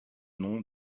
nom